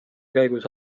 käigus